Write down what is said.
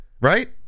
right